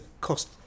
cost